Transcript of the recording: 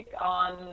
on